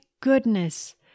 goodness